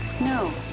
No